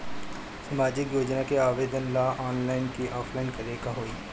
सामाजिक योजना के आवेदन ला ऑनलाइन कि ऑफलाइन करे के होई?